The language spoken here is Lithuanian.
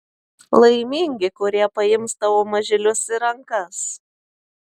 laimingi kurie paims tavo mažylius į rankas